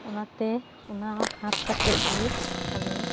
ᱚᱱᱟᱛᱮ ᱚᱱᱟ ᱦᱟᱛ ᱠᱟᱛᱮᱫᱜᱮ ᱟᱞᱮ